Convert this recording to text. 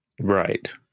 Right